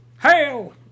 Hail